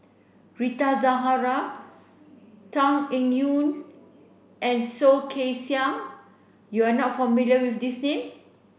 Rita Zahara Tan Eng Yoon and Soh Kay Siang you are not familiar with these name